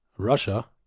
russia